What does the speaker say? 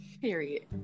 Period